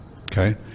okay